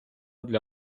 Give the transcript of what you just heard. для